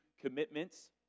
commitments